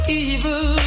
evil